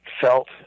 felt